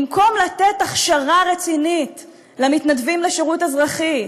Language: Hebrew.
במקום לתת הכשרה רצינית למתנדבים לשירות אזרחי,